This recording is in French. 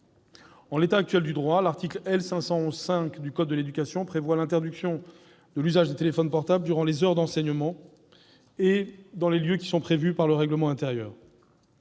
En l'état actuel du droit, l'article L. 511-5 du code de l'éducation prévoit l'interdiction de l'usage des téléphones portables durant les heures d'enseignement et dans les lieux qui sont prévus par le règlement intérieur.